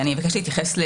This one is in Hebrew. בבקשה, ואז נחזור